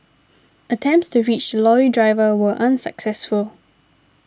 attempts to reach lorry driver were unsuccessful